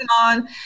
on